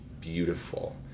beautiful